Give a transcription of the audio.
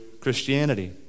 Christianity